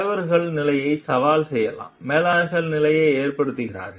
தலைவர்கள் நிலையை சவால் செய்யலாம் மேலாளர்கள் நிலையை ஏற்றுக்கொள்கிறார்கள்